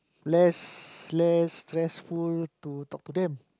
less less stressful to talk to them